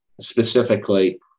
specifically